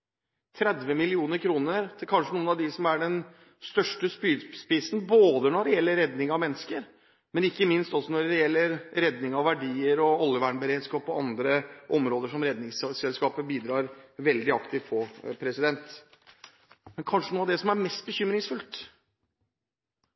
som kanskje er den største spydspissen når det gjelder redning av mennesker, når det gjelder redning av verdier, og når det gjelder oljevernberedskap og andre områder der Redningsselskapet bidrar veldig aktivt. Noe av det som kanskje er mest bekymringsfullt,